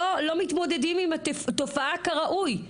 לא מתמודדים עם התופעה כראוי,